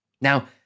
Now